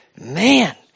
Man